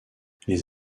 les